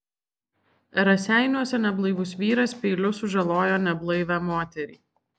raseiniuose neblaivus vyras peiliu sužalojo neblaivią moterį